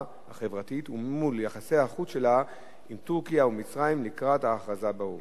החברתית ומול יחסי החוץ שלה עם טורקיה ומצרים לקראת ההכרזה באו"ם,